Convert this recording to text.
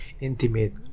Intimate